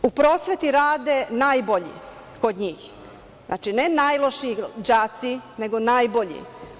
U prosveti rade najbolji kod njih, znači, ne najlošiji đaci, nego najbolji.